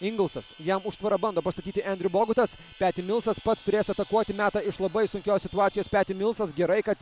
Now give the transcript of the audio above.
ingelsas jam užtvarą bando pastatyti endriu bogutas peti milsas pats turės atakuoti meta iš labai sunkios situacijos peti milsas gerai kad